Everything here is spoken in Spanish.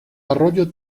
arroyo